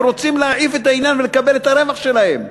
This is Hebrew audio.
הם רוצים להעיף את העניין ולקבל את הרווח שלהם.